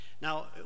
Now